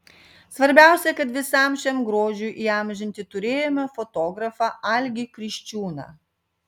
svarbiausia kad visam šiam grožiui įamžinti turėjome fotografą algį kriščiūną